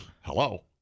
Hello